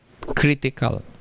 critical